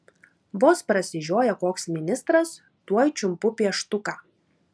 vos prasižioja koks ministras tuoj čiumpu pieštuką